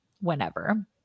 whenever